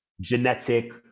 genetic